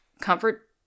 comfort